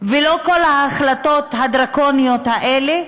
ולא כל ההחלטות הדרקוניות האלה,